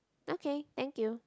okay thank you